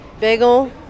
Bagel